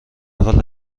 حال